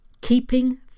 keeping